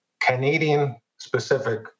Canadian-specific